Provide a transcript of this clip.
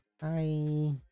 Hi